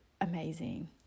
amazing